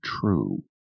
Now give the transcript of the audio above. true